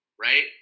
right